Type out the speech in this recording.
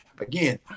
again